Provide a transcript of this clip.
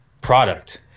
product